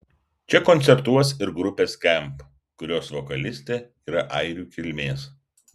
čia koncertuos ir grupė skamp kurios vokalistė yra airių kilmės